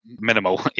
minimal